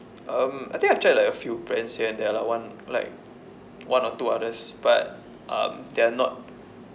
um I think I've tried like a few brand here and there lah one like one or two others but um they are not